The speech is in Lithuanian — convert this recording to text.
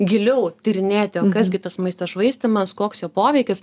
giliau tyrinėti o kas gi tas maisto švaistymas koks jo poveikis